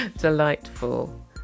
delightful